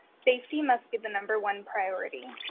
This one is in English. safety must be the number one priority.